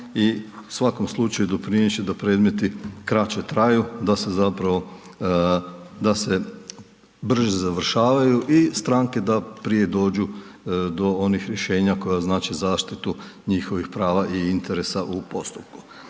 i u svakom slučaju doprinijet će da predmeti kraće traju, da se zapravo, da se brže završavaju i stranke da prije dođu do onih rješenja koja znače zaštitu njihovih prava i interesa u postupku.